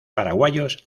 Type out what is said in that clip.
paraguayos